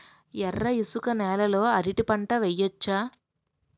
ఎర్ర ఇసుక నేల లో అరటి పంట వెయ్యచ్చా?